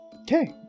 Okay